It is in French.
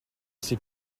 ses